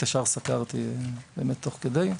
את השאר סקרתי תוך כדי.